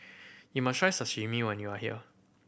you must try Sashimi when you are here